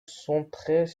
centrées